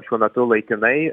šiuo metu laikinai